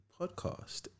podcast